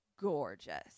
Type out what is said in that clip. gorgeous